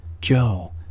Joe